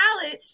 college